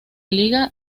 liga